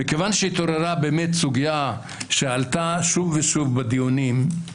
מכיוון שהתעוררה סוגיה שעלתה שוב ושוב בדיונים,